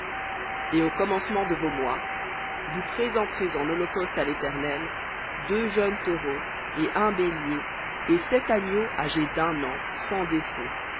et au commencement de vos mois vous présenterez en holocauste à l'éternel deux jeunes taureaux et un bélier sept agneaux âgés d'un an sans défaut